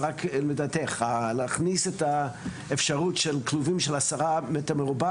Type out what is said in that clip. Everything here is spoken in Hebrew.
לדעתך להכניס את האפשרות של כלובים של 10 מטרים רבועים.